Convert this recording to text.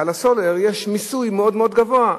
על הסולר יש מיסוי מאוד מאוד גבוה,